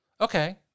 Okay